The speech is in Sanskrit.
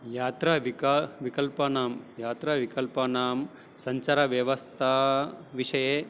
यात्राविका विकल्पानां यात्राविकल्पानां सञ्चारव्यवस्थाविषये